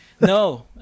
No